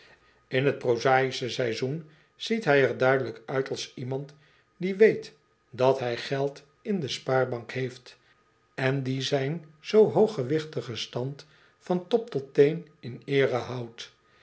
in t prozaïsche seizoen ziet hij er duidelijk uit als iemand die weet dat hij geld in de spaarbank heeft en die zijn zoo hoogstgewiehtigen stand van top tot teen in eere houdt